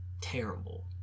terrible